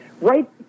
right